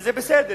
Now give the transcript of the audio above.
וזה בסדר.